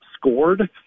scored